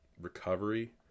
recovery